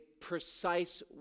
precise